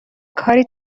کاری